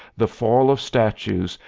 the fall of statues,